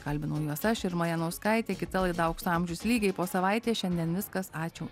kalbinau juos aš irma janauskaitė kita laida aukso amžius lygiai po savaitės šiandien viskas ačiū